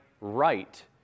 right